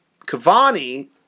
Cavani